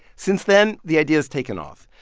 since then, the idea has taken off.